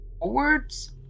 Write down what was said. forwards